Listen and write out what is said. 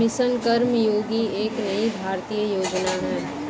mission Karmayogi एक नई भारतीय योजना है